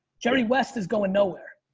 jerry west is going nowhere.